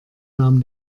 nahm